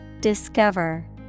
Discover